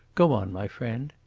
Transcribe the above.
go on, my friend.